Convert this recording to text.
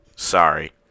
Sorry